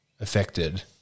affected